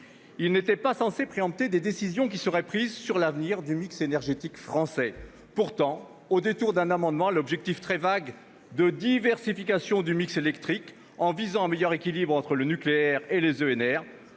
Il n'était pas censé préempter les décisions qui seraient prises sur l'avenir du mix énergétique français. Pourtant, au détour d'un amendement, dont l'objet très vague tendait à la diversification du mix électrique en visant un meilleur équilibre entre le nucléaire et les